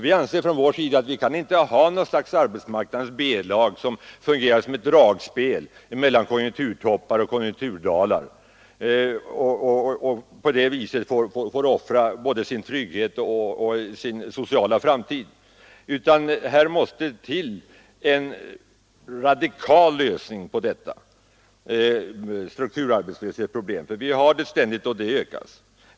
Vi anser att det inte skall få finnas något slags arbetsmarknadens B-lag, som fungerar som ett ”dragspel” mellan konjunkturtoppar och konjunkturdalar och som i samband därmed får offra både sin trygghet och sin sociala framtid. Vi måste eftersträva en radikal lösning på dessa ständiga och ökande strukturarbetslöshetsproblem.